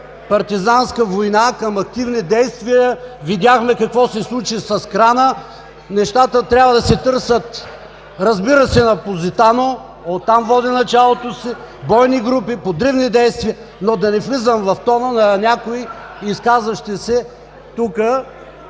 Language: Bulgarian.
партизанска война, към активни действия. Видяхме какво се случи с крана. Нещата трябва да се търсят, разбира се, на „Позитано“. От там води началото си – бойни групи, подривни действия, но да не влизат в тона на някои изказващи се тук.